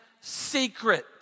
secret